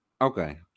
Okay